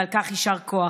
ועל כך יישר כוח.